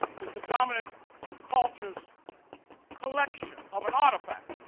it's the dominant culture's collection of an artifact